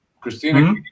Christina